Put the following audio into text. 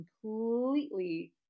completely